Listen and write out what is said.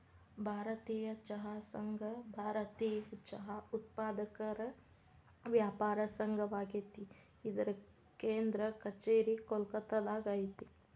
ಭಾರತೇಯ ಚಹಾ ಸಂಘ ಭಾರತೇಯ ಚಹಾ ಉತ್ಪಾದಕರ ವ್ಯಾಪಾರ ಸಂಘವಾಗೇತಿ ಇದರ ಕೇಂದ್ರ ಕಛೇರಿ ಕೋಲ್ಕತ್ತಾದಾಗ ಐತಿ